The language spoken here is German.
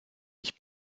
ich